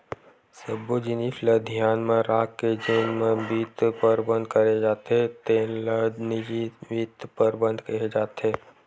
सब्बो जिनिस ल धियान म राखके जेन म बित्त परबंध करे जाथे तेन ल निजी बित्त परबंध केहे जाथे